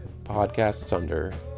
podcastsunder